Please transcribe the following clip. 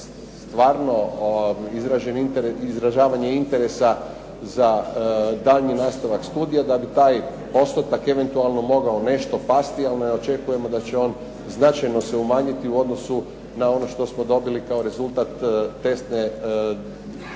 stvarno izražavanje interesa za daljnji nastavak studija, da bi taj postotak eventualno mogao nešto pasti, ali ne očekujemo da će on značajno se umanjiti u odnosu na ono što smo dobili kao rezultat testne državne